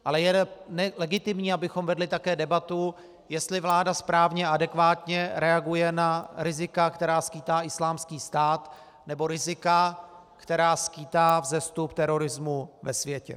Ale je legitimní, abychom vedli také debatu, jestli vláda správně a adekvátně reaguje na rizika, která skýtá Islámský stát, nebo rizika, která skýtá vzestup terorismu ve světě.